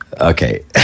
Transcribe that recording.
Okay